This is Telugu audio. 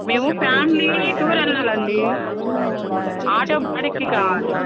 మేము ఫ్యామిలీ టూర్ వెళ్ళాలండి ఆటో బాడుగకి కావాలి